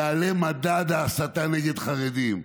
יעלה מדד ההסתה נגד חרדים.